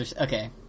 Okay